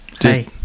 hey